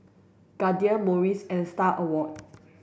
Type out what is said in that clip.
Guardian Morries and Star Awards